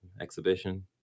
Exhibition